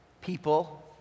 people